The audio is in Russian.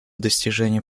достижение